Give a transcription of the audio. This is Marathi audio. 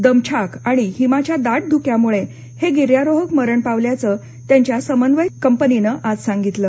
दमछाक आणि हिमाच्या दाट धुक्यामुळे हे गिर्यारोहक मरण पावल्याचं त्यांच्या समन्वय कंपनीनं आज सांगितलं